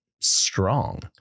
strong